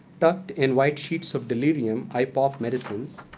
tucked in white sheets of delirium, i bought medicines,